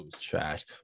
Trash